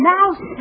Mouse